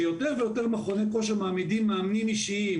שיותר ויותר מכוני כושר מעמידים מאמנים אישיים